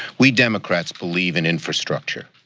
we democrats believe in infrastructure.